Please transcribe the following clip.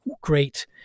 great